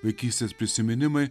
vaikystės prisiminimai